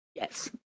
Yes